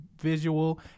visual